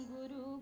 Guru